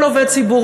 כל עובד ציבור,